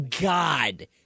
god